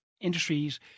industries